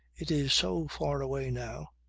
it is so far away now.